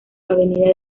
avenida